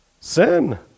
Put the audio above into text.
sin